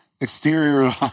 exterior